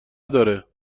داره